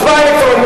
הצבעה אלקטרונית.